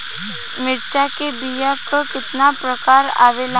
मिर्चा के बीया क कितना प्रकार आवेला?